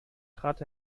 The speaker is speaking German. trat